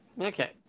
Okay